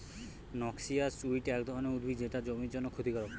noxious weed এক ধরণের উদ্ভিদ যেটা জমির জন্যে ক্ষতিকারক